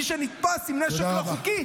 מי שנתפס עם נשק לא חוקי,